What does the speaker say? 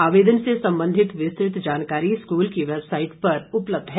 आवेदन से संबंधित विस्तृत जानकारी स्कूल की वैबसाईट पर उपलब्ध है